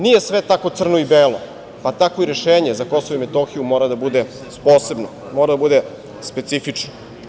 Nije sve tako crno i belo, pa tako i rešenje za KiM mora da bude posebno, mora da bude specifično.